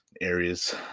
areas